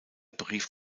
berief